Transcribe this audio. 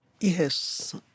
Yes